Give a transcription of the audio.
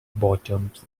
bottoms